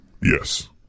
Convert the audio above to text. Yes